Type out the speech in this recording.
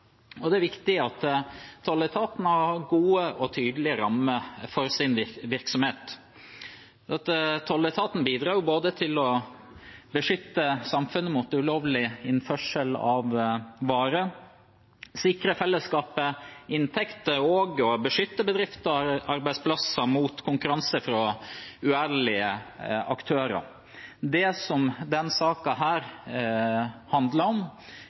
Tolletaten ivaretar et viktig samfunnsoppdrag, og det er viktig at tolletaten har gode og tydelige rammer for sin virksomhet. Tolletaten bidrar til både å beskytte samfunnet mot ulovlig innførsel av varer, sikre fellesskapet inntekter og beskytte bedrifter og arbeidsplasser mot konkurranse fra uærlige aktører. Det denne saken handler om,